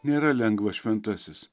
nėra lengva šventasis